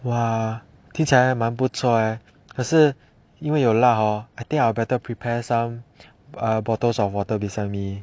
!wah! 听起来还蛮不错可是因为有辣 hor I think I better prepare some bottles of water beside me